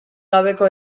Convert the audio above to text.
gabeko